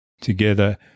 together